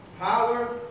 Power